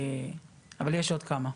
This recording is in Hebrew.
אבל יש עוד כמה.